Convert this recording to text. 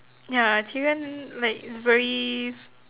ya chicken like is very